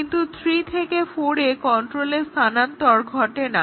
কিন্তু 3 থেকে 4 এ কন্ট্রোলের স্থানান্তর ঘটে না